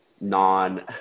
non